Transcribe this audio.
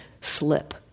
slip